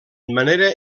manera